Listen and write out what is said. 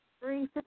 three